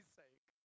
sake